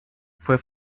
fue